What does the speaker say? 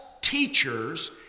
teachers